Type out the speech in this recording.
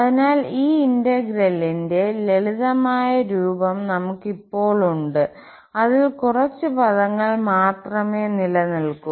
അതിനാൽ ഈ ഇന്റെഗ്രേലിന്റെ ലളിതമായ രൂപം നമുക് ഇപ്പോൾ ഉണ്ട്അതിൽ കുറച്ച് പദങ്ങൾ മാത്രമേ നിലനിൽക്കൂ